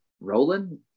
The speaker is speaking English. Roland